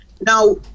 now